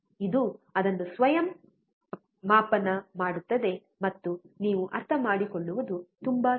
ಇದು ಅದನ್ನು ಸ್ವಯಂ ಮಾಪನ ಮಾಡುತ್ತದೆ ಮತ್ತು ನೀವು ಅರ್ಥಮಾಡಿಕೊಳ್ಳುವುದು ತುಂಬಾ ಸುಲಭ